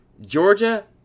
Georgia-